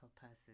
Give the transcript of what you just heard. person